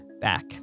back